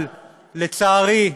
אבל לצערי,